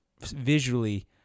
visually